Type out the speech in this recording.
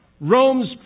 Rome's